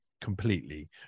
completely